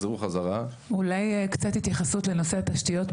אולי קצת התייחסות לנושא תשתיות,